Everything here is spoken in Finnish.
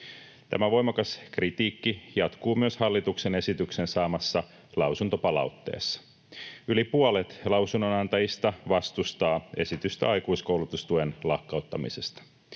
Tämä voimakas kritiikki jatkuu myös hallituksen esityksen saamassa lausuntopalautteessa. Yli puolet lausunnonantajista vastustaa esitystä aikuiskoulutustuen lakkauttamisesta.